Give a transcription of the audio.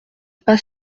pas